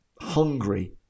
hungry